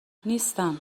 نیستم